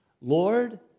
Lord